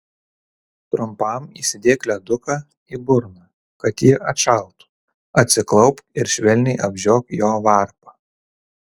trumpam įsidėk leduką į burną kad ji atšaltų atsiklaupk ir švelniai apžiok jo varpą